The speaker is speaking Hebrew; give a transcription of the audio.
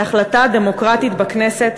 להחלטה דמוקרטית בכנסת,